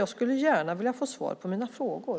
Jag skulle gärna vilja få svar på mina frågor.